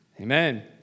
Amen